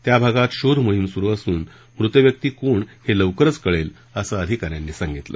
त्या भागात शोध मोहीम सुरु असून मृत व्यक्ती कोण हे लवकरच कळेल असं अधिकाऱ्यांनी सांगितलं